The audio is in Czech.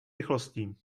rychlostí